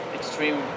extreme